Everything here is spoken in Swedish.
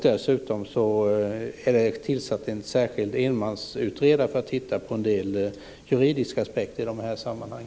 Dessutom har en särskild enmansutredare tillsatts för att titta på en del juridiska aspekter i dessa sammanhang.